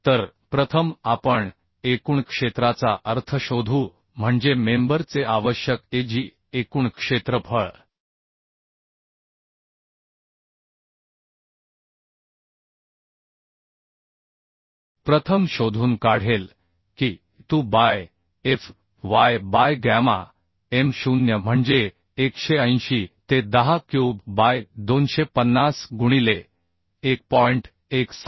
तर प्रथम आपण एकूण क्षेत्राचा अर्थ शोधू म्हणजे मेंबर चे आवश्यक Ag एकूण क्षेत्रफळ प्रथम शोधून काढेल की Tu by Fy by gamma m 0 म्हणजे 180 ते 10 क्यूब बाय 250 गुणिले 1